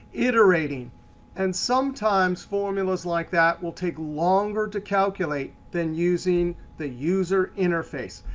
iterating and sometimes formulas like that will take longer to calculate than using the user interface.